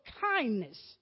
kindness